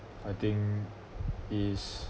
I think is